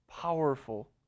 powerful